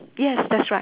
yes that's right